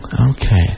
Okay